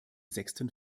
sechsten